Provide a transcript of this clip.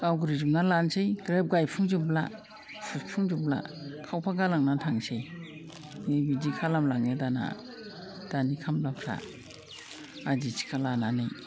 आवग्रिजोबना लानोसै ग्रोब गायफुंजोबब्ला फुफंजोबब्ला खावफा गालांनानै थांसै नै बिदि खालामलाङो दाना दानि खामलाफ्रा आदि थिखा लानानै